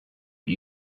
but